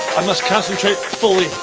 i must concentrate fully.